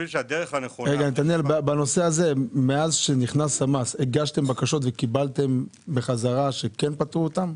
האם מאז שנכנס המס הגשתם בקשות על דברים שפטרו אותם?